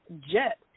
jet